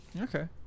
Okay